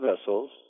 vessels